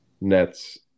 Nets